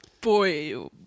boy